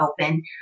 open